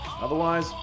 otherwise